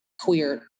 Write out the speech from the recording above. queer